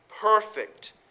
perfect